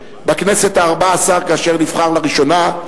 1966, בכנסת הארבע-עשרה, כאשר נבחר לראשונה.